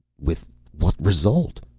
with what result?